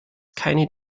keine